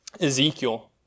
Ezekiel